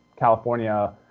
California